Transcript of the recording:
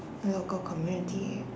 local community